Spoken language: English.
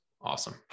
Awesome